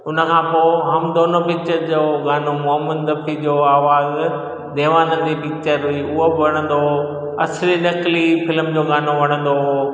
हुन खां पो हम दोनो पिचर जो गानो मोहम्मद रफी जो आहे आवाज़ु देवानंद जी पिचर हुई उहो बि वणंदो हुओ असली नकली फिल्म जो गानो वणंदो हुओ